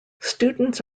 students